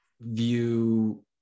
view